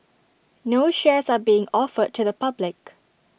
no shares are being offered to the public